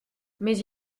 mais